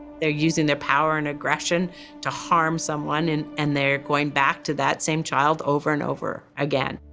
they're using their power and aggression to harm someone, and and they're going back to that same child over and over again.